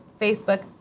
Facebook